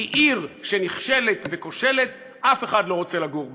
כי עיר שנכשלת וכושלת, אף אחד לא רוצה לגור בה.